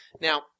Now